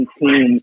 teams